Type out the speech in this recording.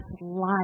life